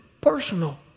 personal